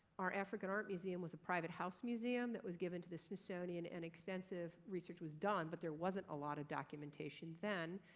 our african art museum was a private house museum that was given to the smithsonian and extensive research was done, but there wasn't a lot of documentation then.